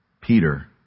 Peter